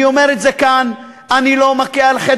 אני אומר את זה כאן: אני לא מכה על חטא